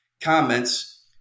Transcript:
comments